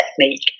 technique